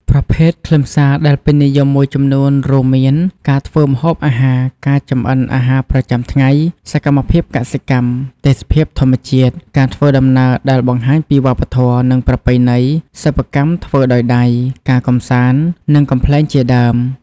ប្រភេទខ្លឹមសារដែលពេញនិយមមួយចំនួនរួមមាន ការធ្វើម្ហូបអាហារ ការចម្អិនអាហារប្រចាំថ្ងៃ សកម្មភាពកសិកម្ម ទេសភាពធម្មជាតិ ការធ្វើដំណើរដែលបង្ហាញពីវប្បធម៌ និងប្រពៃណី សិប្បកម្មធ្វើដោយដៃ ការកម្សាន្ត និងកំប្លែងជាដើម។